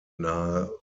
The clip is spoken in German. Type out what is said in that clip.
nahe